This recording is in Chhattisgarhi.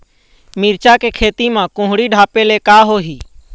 मिरचा के खेती म कुहड़ी ढापे ले का होही?